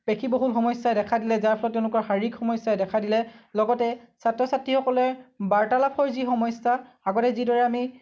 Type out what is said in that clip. পেশীবহুল সমস্যাই দেখা দিলে যাৰ ফলত তেওঁলোকৰ শাৰীৰিক সমস্যাই দেখা দিলে লগতে ছাত্ৰ ছাত্ৰীসকলে বাৰ্তালাপৰ যি সমস্যা আগতে যিদৰে আমি